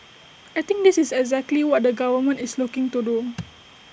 I think this is exactly what the government is looking to do